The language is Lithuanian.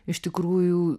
iš tikrųjų